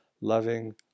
loving